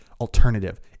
alternative